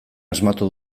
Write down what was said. asmatu